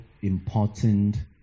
important